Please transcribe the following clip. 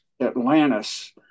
Atlantis